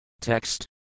Text